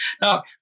Now